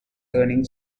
learning